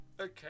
Okay